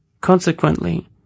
Consequently